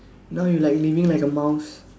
now you like living like a mouse